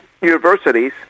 universities